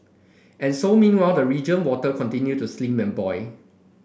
and so meanwhile the region water continue to slimmer and boil